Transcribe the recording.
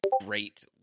great